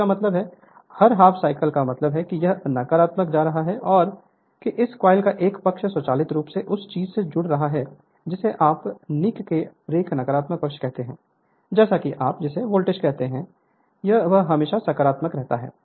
इसका मतलब है हर हाफ साइकिल का मतलब है जब यह नकारात्मक पर जा रहा है कि कॉइल का एक पक्ष स्वचालित रूप से उस चीज़ से जुड़ जाता है जिसे आप नीक के ब्रश नकारात्मक पक्ष कहते हैं जैसे कि आप जिसे वोल्टेज कहते हैं वह हमेशा सकारात्मक रहता है